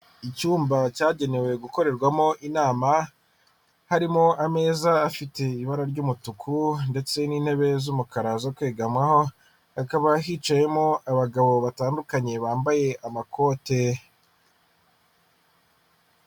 Icyumba cyagenewe gukorerwamo inama, harimo ameza afite ibara ry'umutuku ndetse n'intebe z'umukara zo kwigamaho, hakaba hicayemo abagabo batandukanye bambaye amakote.